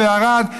בערד,